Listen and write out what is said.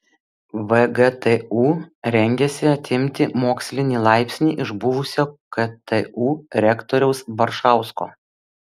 vgtu rengiasi atimti mokslinį laipsnį iš buvusio ktu rektoriaus baršausko